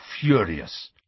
furious